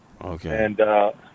Okay